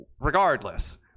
regardless